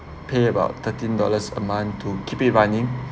pay about thirteen dollars a month to keep it running